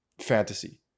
fantasy